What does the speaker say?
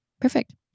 Perfect